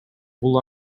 бул